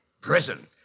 Prison